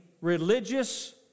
religious